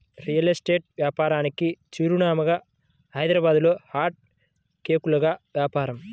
real estate వ్యాపారానికి చిరునామాగా హైదరాబాద్లో హాట్ కేకుల్లాగా వ్యాపారం